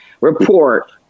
Report